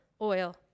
oil